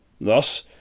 Thus